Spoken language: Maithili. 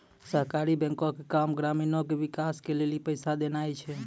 सहकारी बैंको के काम ग्रामीणो के विकास के लेली पैसा देनाय छै